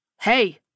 Hey